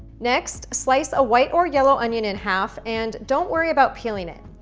next, slice a white or yellow onion in half and don't worry about peeling it.